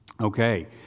Okay